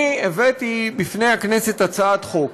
אני הבאתי לפני הכנסת הצעת חוק